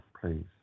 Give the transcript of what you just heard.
please